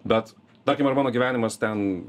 bet tarkim ar mano gyvenimas ten